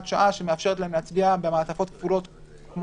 שעה שמאפשרת להם להצביע במעטפות כפולות.